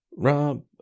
Rob